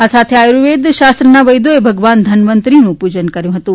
આ સાથે આયુર્વેદ શાસ્ત્રના વૈદ્યોએ ભગવાન ધનવન્તરીનું પૂજન કર્યું હતું